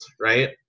right